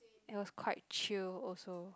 it was quite chill also